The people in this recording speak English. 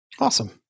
Awesome